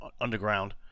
underground